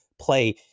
play